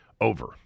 over